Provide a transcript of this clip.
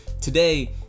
Today